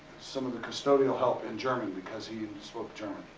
some of the custodial help in german. because he spoke german.